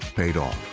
paid off.